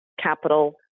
capital